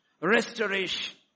Restoration